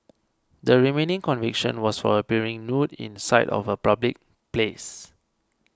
the remaining conviction was for appearing nude in sight of a public place